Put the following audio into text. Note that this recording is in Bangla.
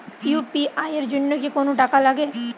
ইউ.পি.আই এর জন্য কি কোনো টাকা লাগে?